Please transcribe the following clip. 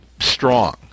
strong